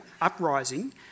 uprising